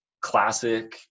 classic